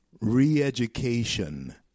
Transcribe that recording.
re-education